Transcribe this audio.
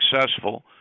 successful